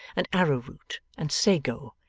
and arrow-root, and sago,